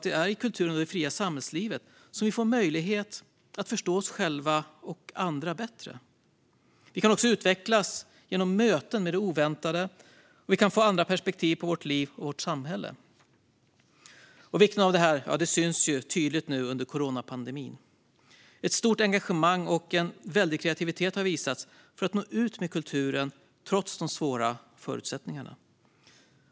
Det är i kulturen och det fria samhällslivet som vi får möjlighet att förstå oss själva och andra bättre. Vi kan också utvecklas genom möten med det oväntade. Vi kan få andra perspektiv på vårt liv och vårt samhälle. Vikten av detta syns också tydligt nu under coronapandemin. Ett stort engagemang och väldig kreativitet har visats för att nå ut med kulturen trots de svåra förutsättningarna.